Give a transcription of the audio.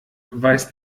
weiß